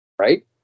right